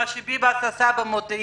מה שחיים ביבס עשה במודיעין?